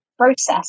process